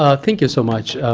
ah thank you so much.